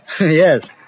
Yes